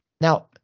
Now